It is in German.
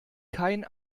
kein